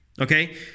okay